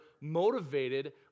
motivated